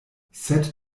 sed